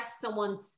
someone's